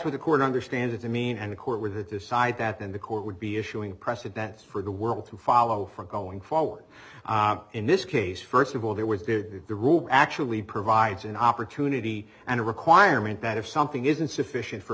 what the court understand it to mean and the court where the decide that and the court would be issuing precedents for the world to follow for going forward in this case first of all there was good the rule actually provides an opportunity and a requirement that if something isn't sufficient for